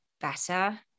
better